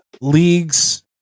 league's